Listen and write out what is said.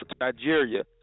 Nigeria